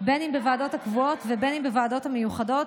בין אם בוועדות הקבועות ובין אם בוועדות המיוחדות,